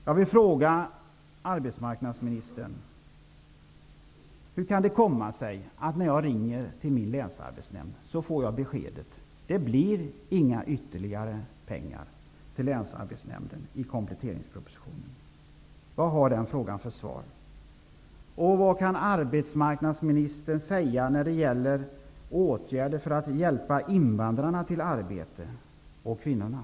Jag vill fråga arbetsmarknadsministern: Hur kan det komma sig att jag, när jag ringer till min länsarbetsnämnd, får beskedet att det inte blir några ytterligare pengar till Länsarbetsnämnden i kompletteringspropositionen? Vad har den frågan för svar? Vad kan arbetsmarknadsministern säga när det gäller åtgärder för att hjälpa invandrarna och kvinnorna att få arbete?